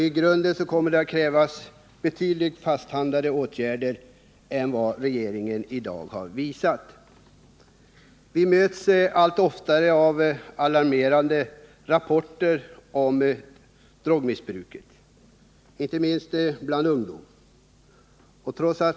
I grunden kommer det att krävas betydligt handfastare åtgärder än vad regeringen i dag har anvisat. Vi möts allt oftare av alarmerande rapporter om drogmissbruket, inte minst bland ungdom.